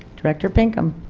director pinkham